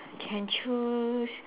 can choose